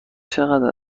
چقدر